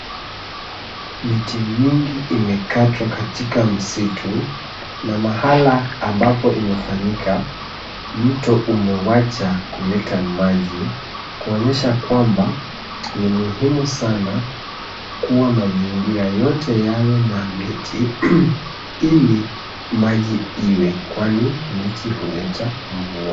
Miti mingi imekatwa katika msitu, na mahala ambapo imefanyika, mto umewacha kuleta maji, kuonyesha kwamba ni muhimu sana kuwa mazingira yote yawe na miti ili maji iwe, kwani miti huleta mvua.